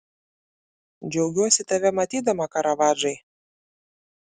džiaugiuosi tave matydama karavadžai